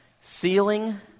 Ceiling